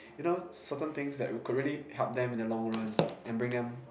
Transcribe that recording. you know certain things that would correctly help them in the long run and bring them